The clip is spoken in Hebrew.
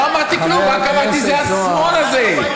לא אמרתי כלום, רק אמרתי: זה השמאל הזה,